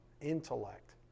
intellect